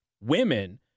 women